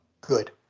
Good